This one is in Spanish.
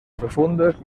profundos